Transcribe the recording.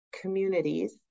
communities